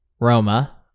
Roma